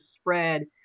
spread